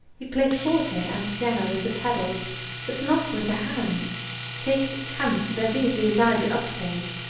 he plays forte and piano with the pedals but not with the hand takes tenths as easily as i do octaves,